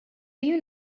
you